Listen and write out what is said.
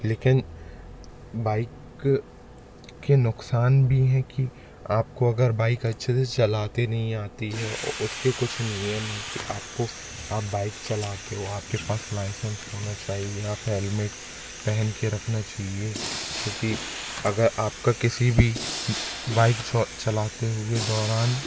लेकिन बाइक के नुकसान भी हैं कि आपको अगर बाइक अच्छे से चलाते नहीं आती है और उसके कुछ नियम हैं कि आपको आप बाइक चलाते हो आपके पास लाइसेंस होना चाहिए आप हेलमेट पहन के रखना चाहिए क्योंकि अगर आपका किसी भी बाइक चलाते हुए दौरान